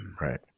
right